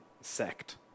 sect